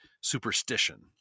superstition